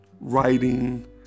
writing